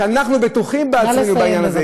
כשאנחנו בטוחים בעצמנו בעניין הזה,